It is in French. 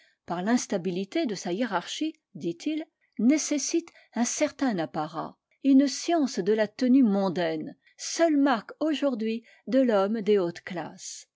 par l'instabilité de sa hiérarchie dit-il nécessite un certain apparat et une science de la tenue mondaine seules marques aujourd'hui de l'homme des hautes classes